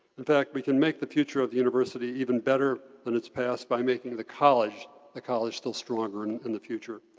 in fact we can make the future of the university even better than its past by making the college the college still stronger and in the future.